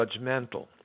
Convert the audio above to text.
judgmental